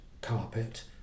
carpet